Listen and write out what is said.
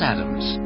Adams